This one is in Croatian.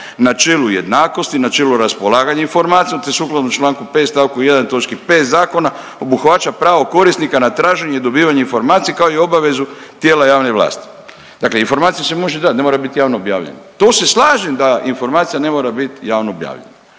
načelu jednakosti, načelu raspolaganjem informacijom, te sukladno čl. 5. st. 1. toč. 5. zakona obuhvaća pravo korisnika na traženje i dobivanje informacije, kao i obavezu tijela javne vlasti, dakle informacija se može dat, ne mora bit javno objavljena. To se slažem da informacija ne mora bit javno objavljena.